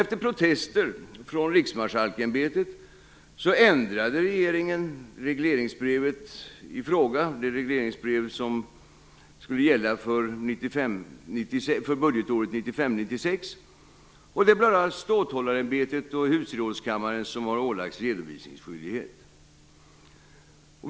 Efter protester från Riksmarsalksämbetet ändrade regeringen regleringsbrevet i fråga, det regleringsbrev som skulle gälla för budgetåret 1995/96, och det blev bara Ståthållarämbetet och Husgerådskammaren som ålades redovisningsskyldighet.